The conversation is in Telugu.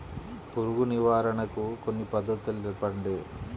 పురుగు నివారణకు కొన్ని పద్ధతులు తెలుపండి?